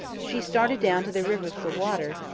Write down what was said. she started down to the river for water,